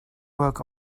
work